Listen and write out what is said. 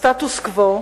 הסטטוס-קוו